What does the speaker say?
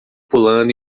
pulando